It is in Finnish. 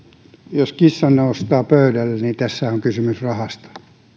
jos nostaa kissan pöydälle tässä on kysymys rahasta